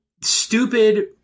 stupid